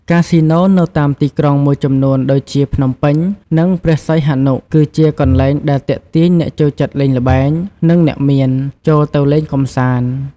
កាស៊ីណូនៅតាមទីក្រុងមួយចំនួន ដូចជាភ្នំពេញ និងព្រះសីហនុ គឺជាកន្លែងដែលទាក់ទាញអ្នកចូលចិត្តលេងល្បែង និងអ្នកមានចូលទៅលេងកម្សាន្ត។